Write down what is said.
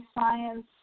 science